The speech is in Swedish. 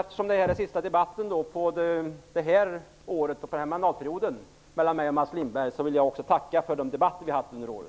Eftersom det här är sista debatten mellan mig och Mats Lindberg det här året och den här mandatperioden vill jag också tacka för de debatter vi har haft under åren.